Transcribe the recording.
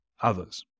others